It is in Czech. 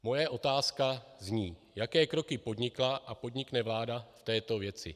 Moje otázka zní: Jaké kroky podnikla a podnikne vláda v této věci?